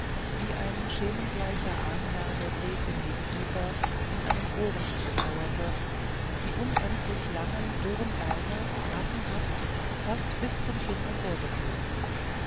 wie ein schemengleicher ahnherr der gräfin gegenüber in einem ohrenstuhl kauerte die unendlich langen dürren beine affenhaft fast bis zum kinn